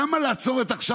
למה לעצור עכשיו?